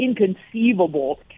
inconceivable